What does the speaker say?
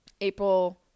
April